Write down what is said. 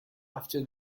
after